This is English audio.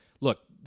look